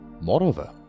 Moreover